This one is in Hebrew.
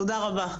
תודה רבה.